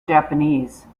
japanese